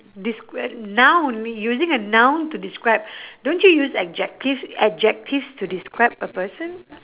desc~ noun using a noun to describe don't you use adjectives adjectives to describe a person